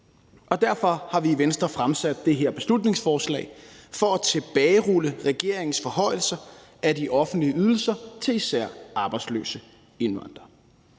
derfor har vi i Venstre fremsat det her beslutningsforslag for at tilbagerulle regeringens forhøjelser af de offentlige ydelser til især arbejdsløse indvandrere.